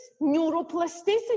neuroplasticity